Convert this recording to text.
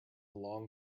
long